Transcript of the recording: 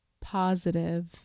positive